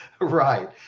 Right